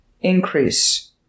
increase